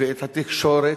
ואת התקשורת.